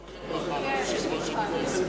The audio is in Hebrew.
מאמר מערכת, אומר מחר על יושב-ראש הכנסת.